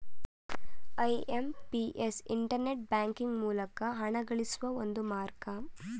IMPS internet banking ಮೂಲಕ ಹಣಗಳಿಸುವ ಒಂದು ಮಾರ್ಗ